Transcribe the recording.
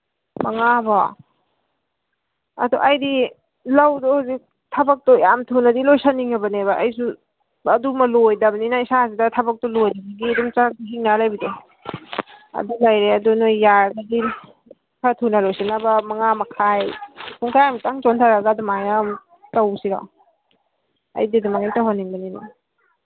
ꯃꯉꯥꯐꯥꯎꯕ ꯑꯗꯣ ꯑꯩꯗꯤ ꯂꯧꯗꯣ ꯍꯧꯖꯤꯛ ꯊꯕꯛꯇꯣ ꯌꯥꯝ ꯊꯨꯅꯗꯤ ꯂꯣꯏꯁꯟꯅꯤꯡꯉꯕꯅꯦꯕ ꯑꯩꯁꯨ ꯑꯗꯨꯃ ꯂꯣꯏꯗꯕꯅꯤꯅ ꯏꯁꯥꯁꯤꯗ ꯊꯕꯛꯇꯣ ꯂꯣꯏꯗꯕꯒꯤ ꯑꯗꯨꯝ ꯆꯔꯛ ꯆꯍꯤꯡꯅꯔꯒ ꯂꯩꯕꯗꯣ ꯑꯗꯨ ꯂꯩꯔꯦ ꯑꯗꯨ ꯅꯈꯣꯏ ꯌꯥꯔꯒꯗꯤ ꯈꯔ ꯊꯨꯅ ꯂꯣꯏꯁꯟꯅꯕ ꯃꯉꯥ ꯃꯈꯥꯏ ꯄꯨꯡꯈꯥꯏꯃꯨꯛꯇꯪ ꯆꯣꯟꯊꯔꯒ ꯑꯗꯨꯃꯥꯏꯅ ꯇꯧꯁꯤꯔꯣ ꯑꯩꯗꯤ ꯑꯗꯨꯃꯥꯏꯅ ꯇꯧꯍꯟꯅꯤꯡꯕꯅꯦꯕ